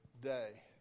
day